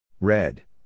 Red